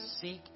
Seek